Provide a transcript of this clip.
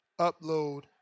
upload